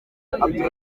afurika